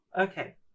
Okay